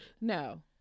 no